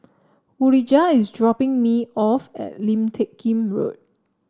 Urijah is dropping me off at Lim Teck Kim Road